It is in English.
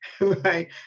right